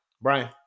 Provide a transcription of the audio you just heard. Brian